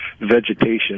vegetation